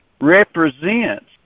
represents